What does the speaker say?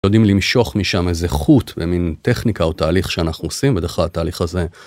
יודעים למשוך משם איזה חוט במין טכניקה או תהליך שאנחנו עושים בדרך כלל התהליך הזה.